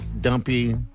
dumpy